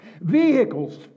Vehicles